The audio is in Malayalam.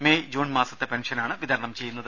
മെയ് ജൂൺ മാസത്തെ പെൻഷനാണ് വിതരണം ചെയ്യുന്നത്